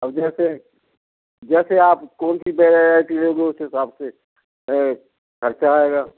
अब जैसे जैसे आप कौन सी वेराइटी लेंगे उस हिसाब से ख़र्च आएगा